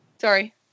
Sorry